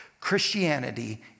Christianity